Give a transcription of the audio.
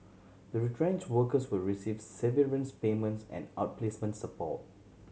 the retrenched workers will receive severance payments and outplacement support